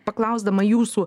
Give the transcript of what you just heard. paklausdama jūsų